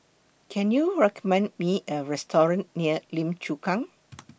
Can YOU recommend Me A Restaurant near Lim Chu Kang